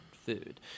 food